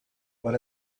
but